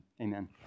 amen